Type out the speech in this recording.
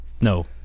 no